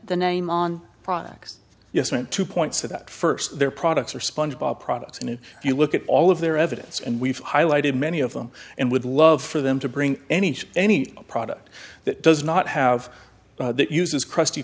the name on products yes went to points that first their products are sponge bob products and if you look at all of their evidence and we've highlighted many of them and would love for them to bring any any product that does not have that uses krusty